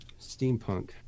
Steampunk